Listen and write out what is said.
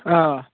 آ